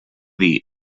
dir